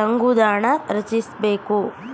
ತಂಗುದಾಣ ರಚಿಸ್ಬೇಕು